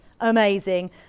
Amazing